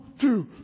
two